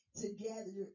together